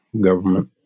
government